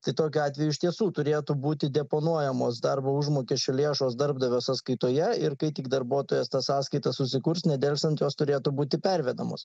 tai tokiu atveju iš tiesų turėtų būti deponuojamos darbo užmokesčio lėšos darbdavio sąskaitoje ir kai tik darbuotojas tą sąskaitą susikurs nedelsiant jos turėtų būti pervedamos